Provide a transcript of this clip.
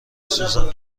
سوزن